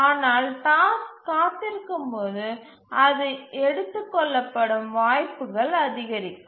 ஆனால் டாஸ்க் காத்திருக்கும்போது அது எடுத்து கொள்ளப்படும் வாய்ப்புகள் அதிகரிக்கும்